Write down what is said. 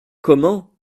comment